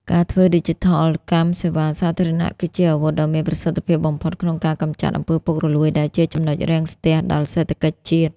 ការធ្វើឌីជីថលកម្មសេវាសាធារណៈ គឺជាអាវុធដ៏មានប្រសិទ្ធភាពបំផុតក្នុងការកម្ចាត់ អំពើពុករលួយ ដែលជា ចំណុចរាំងស្ទះ ដល់សេដ្ឋកិច្ចជាតិ។